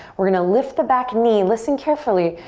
we're gonna lift the back knee, listen carefully.